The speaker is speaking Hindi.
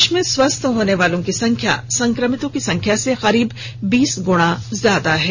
देश में स्वस्थ होने वालों की संख्या संक्रमितों की संख्या से करीब बीस गुणा ज्यादा है